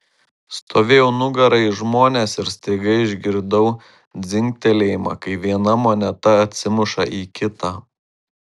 stovėjau nugara į žmones ir staiga išgirdau dzingtelėjimą kai viena moneta atsimuša į kitą